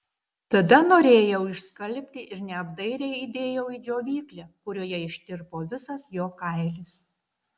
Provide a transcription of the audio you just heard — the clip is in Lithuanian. tada norėjau išskalbti ir neapdairiai įdėjau į džiovyklę kurioje ištirpo visas jo kailis